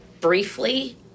briefly